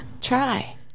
Try